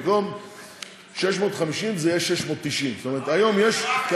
במקום 650 זה יהיה 690. זאת אומרת היום יש,